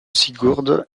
sigurd